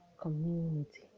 community